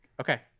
okay